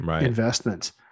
investments